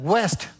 West